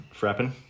frappin